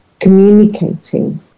communicating